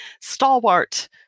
stalwart